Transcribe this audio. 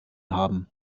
haben